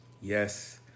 Yes